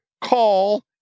call